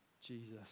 Jesus